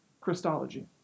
Christology